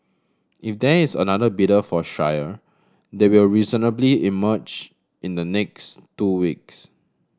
if there is another bidder for Shire they will reasonably emerge in the next two weeks